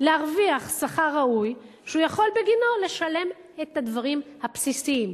להרוויח שכר ראוי שהוא יכול בגינו לשלם את הדברים הבסיסיים,